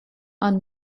are